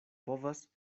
povas